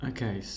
Okay